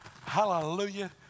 hallelujah